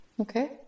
Okay